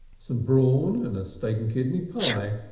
some brawn and a steak and kidney pie,